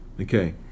okay